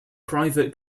private